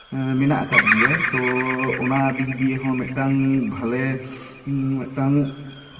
ᱢᱮᱱᱟᱜ ᱟᱠᱟᱫ ᱜᱮᱭᱟ ᱛᱚ ᱚᱱᱟ ᱫᱤᱠ ᱫᱤᱭᱮ ᱦᱚᱸ ᱢᱤᱫᱴᱟᱝ ᱵᱷᱟᱞᱮ ᱢᱤᱫᱴᱟᱝ